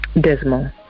dismal